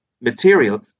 material